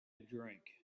drink